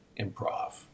improv